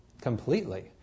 completely